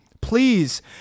please